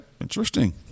Interesting